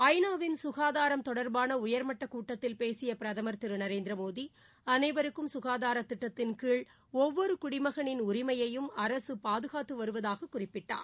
ஐ நா வின் சுகாதாரம் தொடர்பான உயர்மட்டக் கூட்டத்தில் பேசிய பிரதமர் திரு நரேந்திரமோடி அனைவருக்கும் சுகாதார திட்டத்தின் கீழ் ஒவ்வொரு குடிமகனின் உரிமையையும் அரசு பாதுகாத்து வருவதாகக் குறிப்பிட்டார்